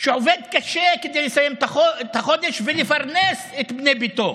שעובד קשה כדי לסיים את החודש ולפרנס את בני ביתו,